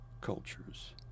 cultures